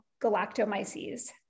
galactomyces